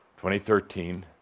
2013